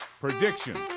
predictions